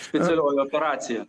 specialioji operacija